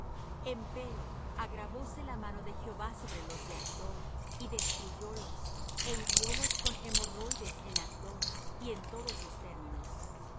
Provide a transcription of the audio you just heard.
en asdod hasta hoy empero agravóse la mano de jehová sobre los de asdod y destruyólos é hiriólos con hemorroides en asdod y en todos sus términos y